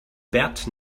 bert